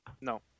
No